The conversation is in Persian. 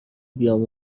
بیام